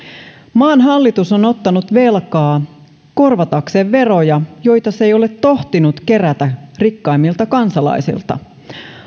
maan hallitus on ottanut velkaa korvatakseen veroja joita se ei ole tohtinut kerätä rikkaimmilta kansalaisilta